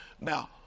Now